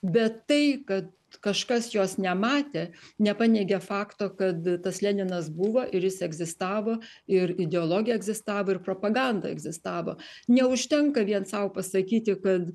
bet tai kad kažkas jos nematė nepaneigia fakto kad tas leninas buvo ir jis egzistavo ir ideologija egzistavo ir propaganda egzistavo neužtenka vien sau pasakyti kad